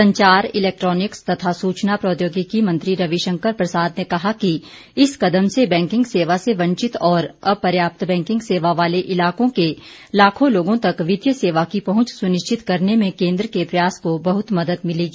संचार इलेक्ट्रानिक्स तथा सूचना प्रौद्योगिकी मंत्री रविशंकर प्रसाद ने कहा कि इस कदम से बैंकिंग सेवा से वंचित और अपर्याप्त बैंकिंग सेवा वाले इलाकों के लाखों लोगों तक वित्तीय सेवा की पहुंच सुनिश्चित करने में केन्द्र के प्रयास को बहुत मदद मिलेगी